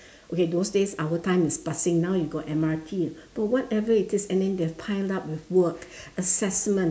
okay those days our time is bussing now you got M_R_T but whatever it is and then they are piled up with work assessment